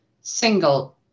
single